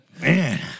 Man